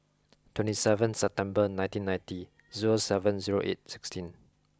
twenty seven September nineteen ninety zero seven zero eight sixteen